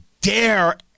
dare